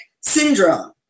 syndrome